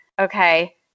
okay